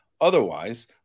otherwise